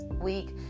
week